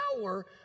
power